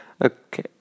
Okay